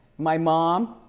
my mom,